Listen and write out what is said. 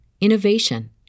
innovation